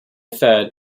fed